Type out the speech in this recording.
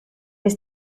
was